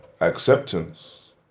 acceptance